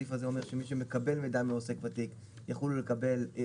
הסעיף הזה אומר שמי שמקבל מידע מעוסק ותיק יחולו לגביו